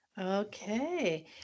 Okay